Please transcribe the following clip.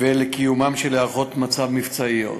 ולקיום הערכות מצב מבצעיות.